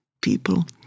people